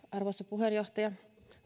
arvoisa